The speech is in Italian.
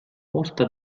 volta